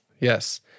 yes